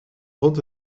rond